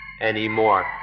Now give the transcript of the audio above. anymore